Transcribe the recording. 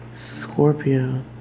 Scorpio